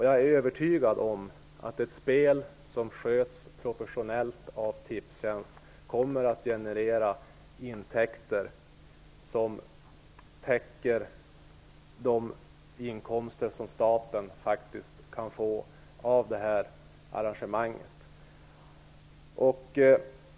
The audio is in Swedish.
Jag är övertygad om att ett spel som sköts professionellt av Tipstjänst kommer att generera intäkter som täcker de utgifter som staten kan få av detta arrangemang.